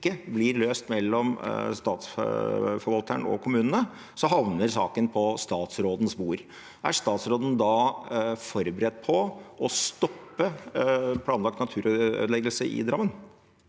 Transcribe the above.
blir løst mellom statsforvalteren og kommunene, havner saken på statsrådens bord. Er statsråden da forberedt på å stoppe planlagt naturødeleggelse i Drammen?